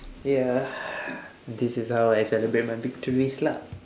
ya this is how I celebrate my victories lah